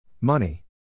Money